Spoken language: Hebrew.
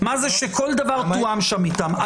שכל דבר תואם שם איתם --- לא,